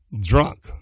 drunk